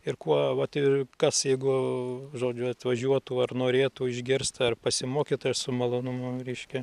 ir kuo vat ir kas jeigu žodžiu atvažiuotų ar norėtų išgirst ar pasimokyt tai aš su malonumu reiškia